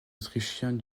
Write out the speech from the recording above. autrichiens